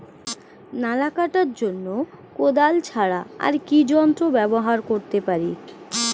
নালা কাটার জন্য কোদাল ছাড়া আর কি যন্ত্র ব্যবহার করতে পারি?